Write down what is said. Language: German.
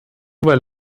weil